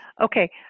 Okay